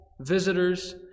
visitors